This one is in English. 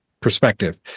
perspective